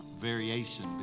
variation